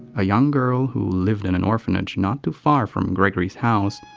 a young girl, who lived in an orphanage not too far from gregory's house,